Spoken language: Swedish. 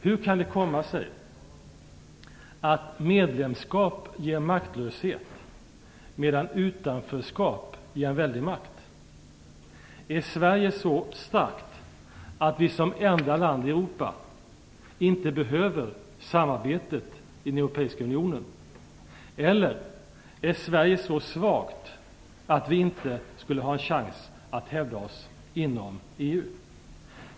Hur kan det komma sig att medlemskap ger maktlöshet medan utanförskap ger en väldig makt? Är Sverige så starkt att vi som enda land i Europa inte behöver samarbetet i den europeiska unionen. Eller är Sverige så svagt att vi inte skulle ha någon chans att hävda oss inom EU?